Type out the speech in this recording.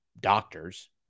doctors